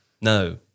No